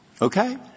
Okay